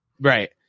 Right